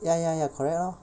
ya ya ya correct lor